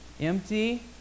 empty